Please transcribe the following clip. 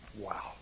Wow